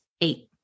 eight